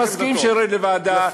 אני מסכים שירד לוועדה,